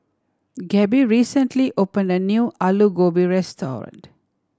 Gabe recently opened a new Alu Gobi Restaurant